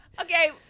Okay